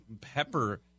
pepper